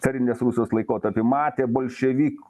carinės rusijos laikotarpy matė bolševikų